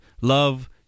Love